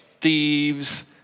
thieves